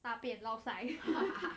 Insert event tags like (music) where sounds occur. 大便 lao sai (laughs)